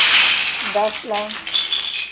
दस ला